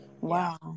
Wow